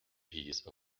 piece